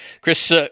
Chris